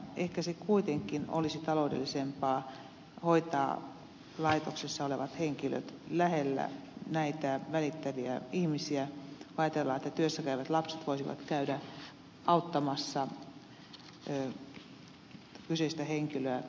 ehkä se kuitenkin olisi taloudellisempaa hoitaa laitoksessa olevat henkilöt lähellä näitä välittäviä ihmisiä kun ajatellaan että työssä käyvät lapset voisivat käydä auttamassa kyseistä henkilöä